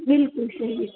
बिल्कुल सही है